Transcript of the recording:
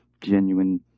genuine